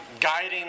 guiding